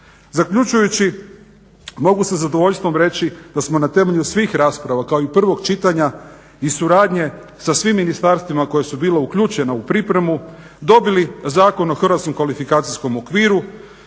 Zaključujući, mogu sa zadovoljstvom reći da smo na temelju svih rasprava kao i prvog čitanja i suradnje sa svim ministarstvima koja su bila uključena u pripremu dobili Zakon o hrvatskom kvalifikacijskom okviru